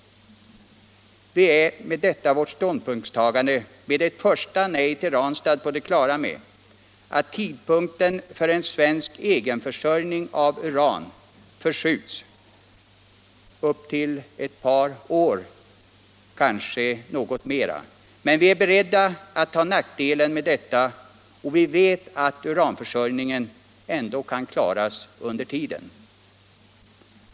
Vi är i detta vårt ståndpunktstagande, med ett första nej till Ranstad, på det klara med att tidpunkten för en svensk egenförsörjning med uran förskjuts upp till ett par år eller kanske något mera, men vi är beredda att ta nackdelen med detta, och vi vet att uranförsörjningen ändå kan klaras under tiden.